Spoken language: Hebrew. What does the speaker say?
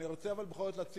אני רוצה בכל זאת להציג,